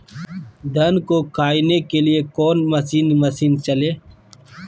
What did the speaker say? धन को कायने के लिए कौन मसीन मशीन चले?